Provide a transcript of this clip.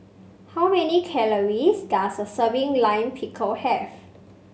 how many calories does a serving Lime Pickle have